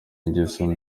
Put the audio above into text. ingeso